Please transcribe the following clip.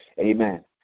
Amen